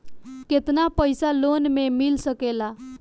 केतना पाइसा लोन में मिल सकेला?